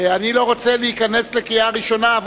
אני לא רוצה להיכנס לקריאה ראשונה.